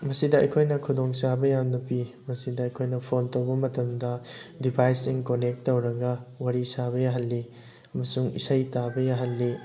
ꯃꯁꯤꯗ ꯑꯩꯈꯣꯏꯅ ꯈꯨꯗꯣꯡꯆꯥꯕ ꯌꯥꯝꯅ ꯄꯤ ꯃꯁꯤꯗ ꯑꯩꯈꯣꯏꯅ ꯐꯣꯟ ꯇꯧꯕ ꯃꯇꯝꯗ ꯗꯤꯚꯥꯏꯁꯁꯤꯡ ꯀꯣꯟꯅꯦꯛ ꯇꯧꯔꯒ ꯋꯥꯔꯤ ꯁꯥꯕ ꯌꯥꯍꯜꯂꯤ ꯑꯃꯁꯨꯡ ꯏꯁꯩ ꯇꯥꯕ ꯌꯥꯍꯜꯂꯤ